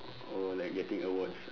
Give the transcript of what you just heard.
oh oh like getting awards ah